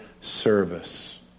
service